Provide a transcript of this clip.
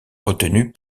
retenu